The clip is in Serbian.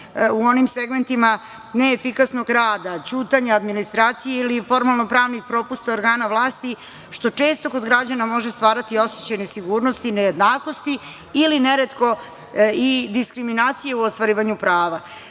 u onim segmentima neefikasnog rada, ćutanja administracije ili formalno-pravnih propusta organa vlasti, što često kod građana može stvarati osećaj nesigurnosti, nejednakosti ili neretko i diskriminacije u ostvarivanju prava. Čak